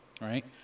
right